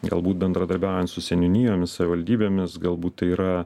galbūt bendradarbiaujant su seniūnijomis savivaldybėmis galbūt tai yra